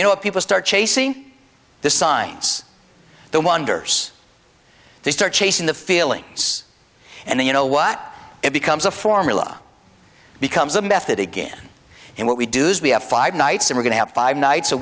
you know if people start chasing the signs the wonders they start chasing the feeling and then you know what it becomes a formula becomes a method again and what we do is we have five nights that we're going to have five nights a